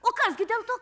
o kas gi dėl to